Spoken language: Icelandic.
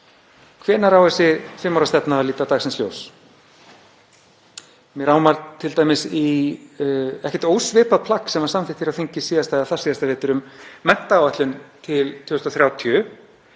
Hvenær á þessi fimm ára stefna að líta dagsins ljós?